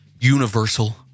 universal